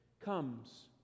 comes